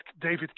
David